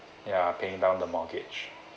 ya paying down the mortgage